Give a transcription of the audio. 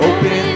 Open